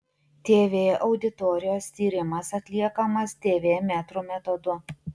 tv auditorijos tyrimas atliekamas tv metrų metodu